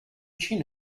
chin